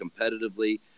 competitively